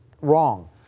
Wrong